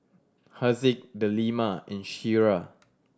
Haziq Delima and Syirah